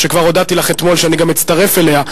וכבר הודעתי לך אתמול שגם אני אצטרף אליה,